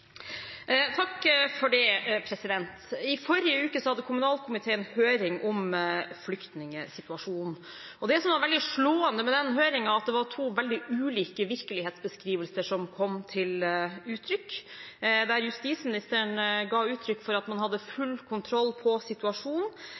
I forrige uke hadde kommunalkomiteen høring om flyktningsituasjonen. Det som var slående med den høringen, var at det var to veldig ulike virkelighetsbeskrivelser som kom til uttrykk. Justisministeren ga uttrykk for at man hadde full kontroll på situasjonen,